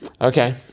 Okay